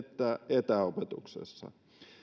että etäopetuksessa